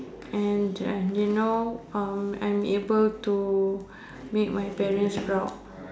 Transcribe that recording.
and I you know uh I'm able to make my parents proud